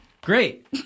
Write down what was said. Great